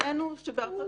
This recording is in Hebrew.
הראנו שבארצות-הברית,